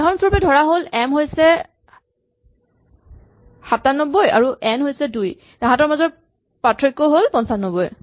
উদাহৰণস্বৰূপে ধৰাহ'ল এম হৈছে ৯৭ আৰু এন হৈছে ২ তাহাঁতৰ পাৰ্থক্য হ'ল ৯৫